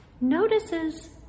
notices